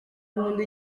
nkunda